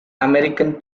american